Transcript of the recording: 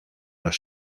los